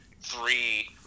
three